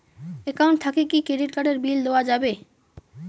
Account থাকি কি credit card এর বিল দেওয়া যাবে?